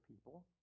people